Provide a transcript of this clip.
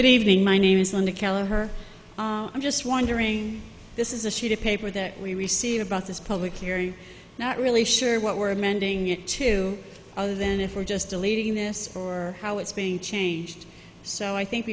good evening my name is linda keller i'm just wondering this is a sheet of paper that we received about this public you're not really sure what we're amending it to other than if we're just a leading this or how it's being changed so i think